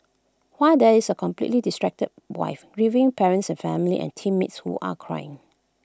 while there is A completely distracted wife grieving parents and family and teammates who are crying